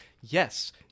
Yes